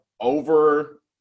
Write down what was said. over